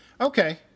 Okay